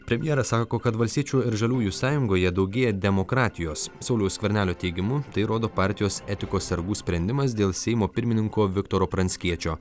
premjeras sako kad valstiečių ir žaliųjų sąjungoje daugėja demokratijos sauliaus skvernelio teigimu tai rodo partijos etikos sargų sprendimas dėl seimo pirmininko viktoro pranckiečio